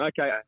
Okay